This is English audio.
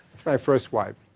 my first wife.